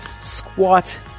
squat